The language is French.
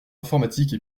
informatique